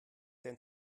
denn